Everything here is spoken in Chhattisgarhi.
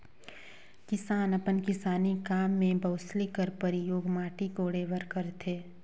किसान अपन किसानी काम मे बउसली कर परियोग माटी कोड़े बर करथे